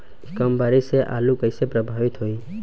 कम बारिस से आलू कइसे प्रभावित होयी?